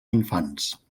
infants